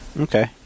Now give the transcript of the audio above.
Okay